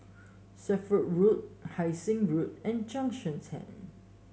Strathmore Road Hai Sing Road and Junction Ten